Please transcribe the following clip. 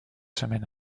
semaines